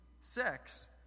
sex